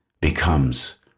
becomes